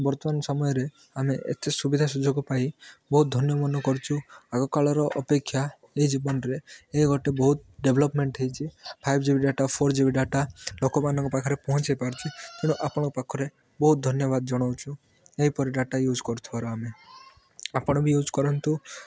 ବର୍ତ୍ତମାନ ସମୟରେ ଆମେ ଏତେ ସୁବିଧା ସୁଯୋଗ ପାଇ ବହୁତ ଧନ୍ୟମନେ କରୁଛୁ ଆଗ କାଳର ଅପେକ୍ଷା ଏହି ଜୀବନରେ ଏହି ଗୋଟେ ବହୁତ ଡେଭଲପମେଣ୍ଟ୍ ହେଇଛି five G B data four G B data ଲୋକମାନଙ୍କ ପାଖରେ ପହଞ୍ଚେଇପାରୁଛୁ କିନ୍ତୁ ଆପଣଙ୍କ ପାଖରେ ବହୁତ ଧନ୍ୟବାଦ ଜଣାଉଛୁ ଏହିପରି ଡାଟା ୟୁଜ୍ କରୁଥିବାରୁ ଆମେ ଆପଣ ବି ୟୁଜ୍ କରନ୍ତୁ